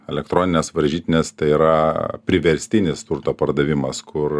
elektroninės varžytinės tai yra priverstinis turto pardavimas kur